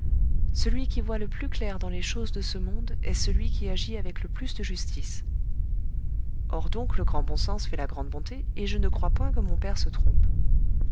celui qui voit le plus clair dans les choses de ce monde est celui qui agit avec le plus de justice or donc le grand bon sens fait la grande bonté et je ne crois point que mon père se trompe